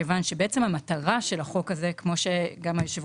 כיוון שהמטרה של החוק הזה כמו שגם יושב